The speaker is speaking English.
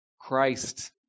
Christ